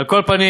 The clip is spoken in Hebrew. על כל פנים,